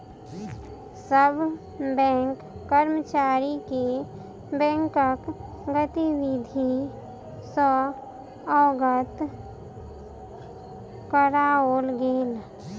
सभ बैंक कर्मचारी के बैंकक गतिविधि सॅ अवगत कराओल गेल